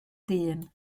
dyn